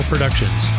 Productions